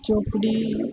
ચોપડી